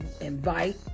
invite